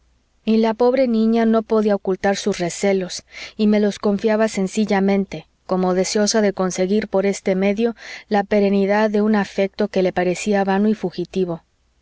y la pobre niña no podía ocultar sus recelos y me los confiaba sencillamente como deseosa de conseguir por este medio la perennidad de un afecto que le parecía vano y fugitivo